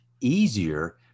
easier